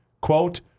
Quote